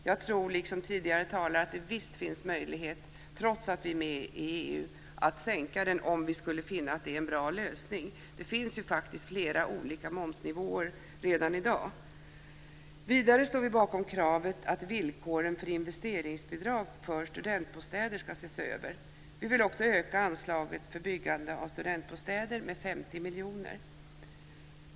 Jag tror liksom tidigare talare att det visst finns möjlighet, trots att vi är med i EU, att sänka den om vi skulle finna att det är en bra lösning. Det finns faktiskt flera olika momsnivåer redan i dag. Vidare står vi bakom kravet att villkoren för investeringsbidrag för studentbostäder ska ses över. Vi vill också öka anslaget för byggande av studentbostäder med 50 miljoner.